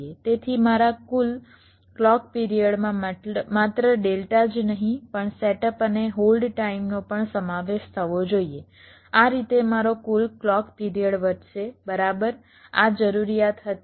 તેથી મારા કુલ ક્લૉક પિરિયડમાં માત્ર ડેલ્ટા જ નહીં પણ સેટઅપ અને હોલ્ડ ટાઇમનો પણ સમાવેશ થવો જોઈએ આ રીતે મારો કુલ ક્લૉક પિરિયડ વધશે બરાબર આ જરૂરિયાત હતી